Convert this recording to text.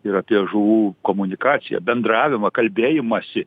ir apie žuvų komunikaciją bendravimą kalbėjimąsi